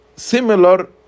similar